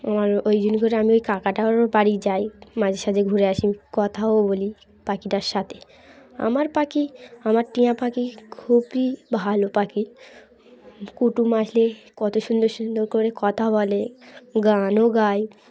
আমার ওই জন করে আমি ওই কাকাটারও বাড়ি যাই মাঝে সাঝে ঘুরে আসি কথাও বলি পাখিটার সাথে আমার পাখি আমার টিয়া পাখি খুবই ভালো পাখি কুটুম আসলে কত সুন্দর সুন্দর করে কথা বলে গানও গায়